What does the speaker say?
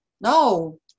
No